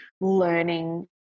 learning